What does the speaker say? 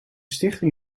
stichting